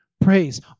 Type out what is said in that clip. praise